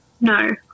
no